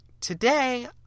Today